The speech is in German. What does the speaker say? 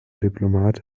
diplomat